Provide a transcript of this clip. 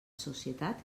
societat